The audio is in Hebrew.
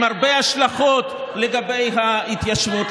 עם הרבה השלכות לגבי ההתיישבות.